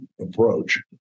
approach